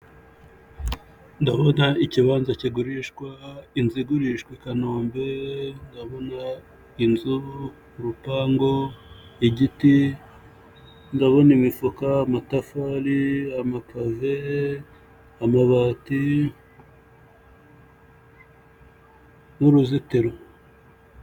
Ndabona ikibanza kigurishwa, inzu igurishwa i Kanombe, ndabona inzu, urupangu, igiti, ndabona imifuka, amatafari, amapave, amabati n'uruzitiro.